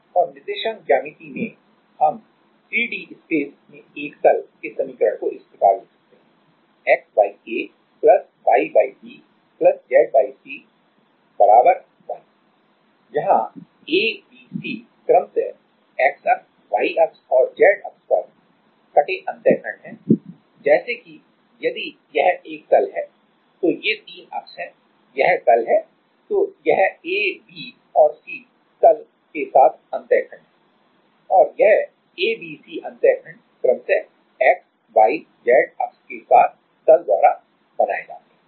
और निर्देशांक ज्यामिति में हम 3 डी स्पेस में एक तल के समीकरण को इस प्रकार लिख सकते हैं जहां a b c क्रमशः x अक्ष y अक्ष और z अक्ष पर अंतःखंड हैं जैसे कि यदि यह एक तल है तो ये तीन अक्ष है यह तल है तो यह a b और c तल के साथ अंतःखंड हैं और यह a b c अंतःखंड क्रमशः x y z अक्ष के साथ तल द्वारा बनाए जाते हैं